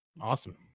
Awesome